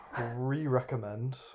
re-recommend